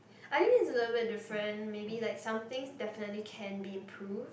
I think it's a little bit different maybe like something definitely can be improved